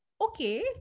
okay